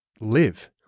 live